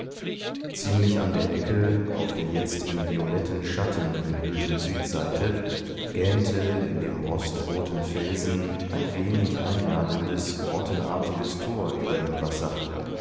ziemlich an der ecke auf der jetzt in violetten schatten gehüllten südseite gähnte in dem rostroten felsen ein wenig einladendes grottenartiges tor über dem wasser